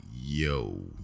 yo